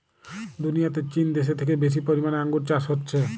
দুনিয়াতে চীন দেশে থেকে বেশি পরিমাণে আঙ্গুর চাষ হচ্ছে